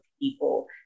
people